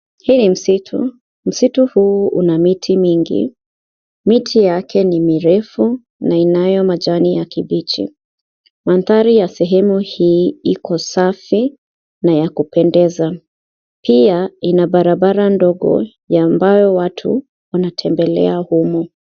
Hii ni msiti, msitu huu una miti mengi miti yake ni mirefu na inayo majani ya kibichi, mandhari ya sehemu hii iko safi na ya kupendeza. Pia ina barabara ndogo ya ambao watu wanatembele humu.